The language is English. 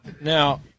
Now